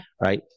Right